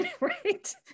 right